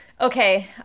Okay